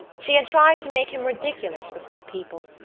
she had tried to make him ridiculous before people,